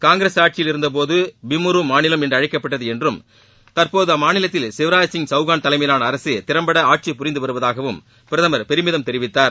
காங்கிரஸ் ஆட்சியில் இருந்தபோது பிம்மரு மாநிலம் என்றழகைகப்பட்டது என்றும் தற்போது அமாநிலத்தில் சிவராஜ்சிங் சௌகான் தலைமையிலான அரசு திறம்பட ஆட்சி புரிந்து வருவதாகவும் பிரதமர் பெருமிதம் தெரிவித்தார்